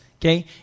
okay